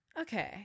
okay